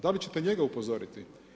Da li ćete njega upozoriti?